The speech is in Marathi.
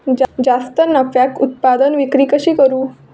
जास्त नफ्याक उत्पादन विक्री कशी करू?